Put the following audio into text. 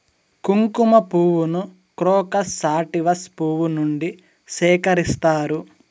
కుంకుమ పువ్వును crocus sativus పువ్వు నుండి సేకరిస్తారు